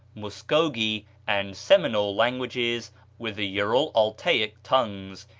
muscogee, and seminole languages with the ural-altaic tongues,